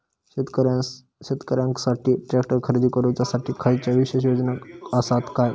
शेतकऱ्यांकसाठी ट्रॅक्टर खरेदी करुच्या साठी खयच्या विशेष योजना असात काय?